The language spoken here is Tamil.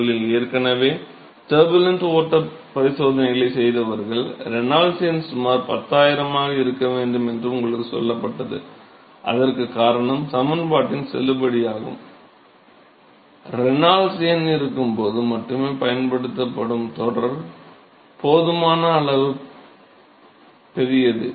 உங்களில் ஏற்கனவே டர்புலன்ட் ஓட்டப் பரிசோதனைகளைச் செய்தவர்கள் ரெனால்ட்ஸ் எண் சுமார் 10000 ஆக இருக்க வேண்டும் என்று உங்களுக்குச் சொல்லப்பட்டது அதற்குக் காரணம் சமன்பாட்டின் செல்லுபடியாகும் ரேனால்ட்ஸ் எண் இருக்கும்போது மட்டுமே பயன்படுத்தப்படும் தொடர்பு போதுமான அளவு பெரியது